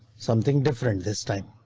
something different this time?